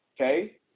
Okay